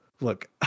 look